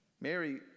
Mary